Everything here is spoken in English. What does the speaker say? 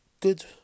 Good